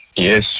Yes